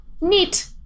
neat